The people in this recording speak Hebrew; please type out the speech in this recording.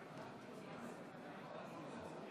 52 חברי כנסת